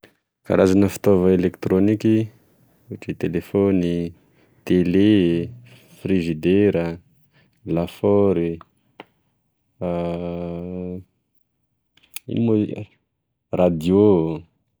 Karazana fitaova elektrôniky ohatry oe telefony, tele, frizidera, lafaory, ino moa i- radio.